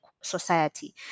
society